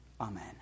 Amen